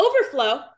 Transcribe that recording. overflow